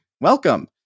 welcome